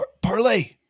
parlay